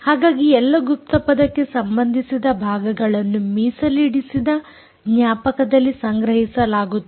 ಹಾಗಾಗಿ ಎಲ್ಲ ಗುಪ್ತಪದಕ್ಕೆ ಸಂಬಂಧಿಸಿದ ಭಾಗಗಳನ್ನು ಮೀಸಲಿಡಿಸಿದ ಜ್ಞಾಪಕದಲ್ಲಿ ಸಂಗ್ರಹಿಸಲಾಗುತ್ತದೆ